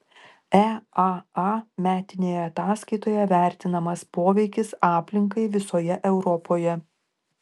eaa metinėje ataskaitoje vertinamas poveikis aplinkai visoje europoje